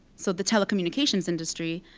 so the telecommunications industry.